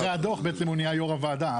אחרי הדו"ח הוא בעצם נהיה יו"ר הוועדה.